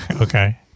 Okay